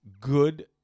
good